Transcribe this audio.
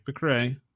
McRae